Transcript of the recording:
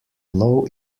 low